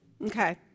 Okay